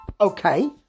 okay